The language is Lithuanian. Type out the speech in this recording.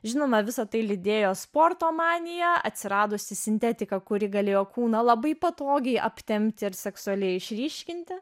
žinoma visa tai lydėjo sporto manija atsiradusi sintetika kuri galėjo kūną labai patogiai aptempti ir seksualiai išryškinti